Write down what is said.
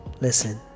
Listen